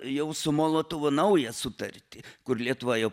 jau su molotovu naują sutartį kur lietuva jau